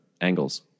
angles